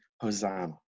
Hosanna